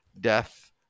death